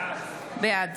בעד